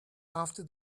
after